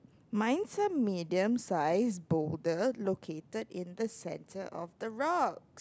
mine's a medium sized boulder located in the centre of the rock